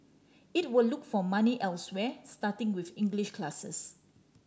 it will look for money elsewhere starting with English classes